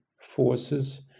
forces